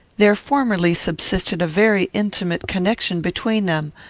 there formerly subsisted a very intimate connection between them.